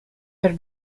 per